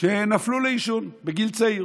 שנפלו לעישון בגיל צעיר